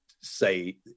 say